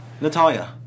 Natalia